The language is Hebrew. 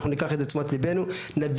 אנחנו ניקח את זה לתשומת ליבנו,